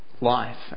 life